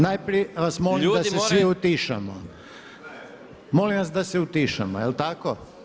Najprije vas molim da se svi utišamo [[Upadica Maras: Ljudi moraju…]] Molim vas da se utišamo, je li tako?